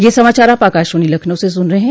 ब्रे क यह समाचार आप आकाशवाणी लखनऊ से सुन रहे हैं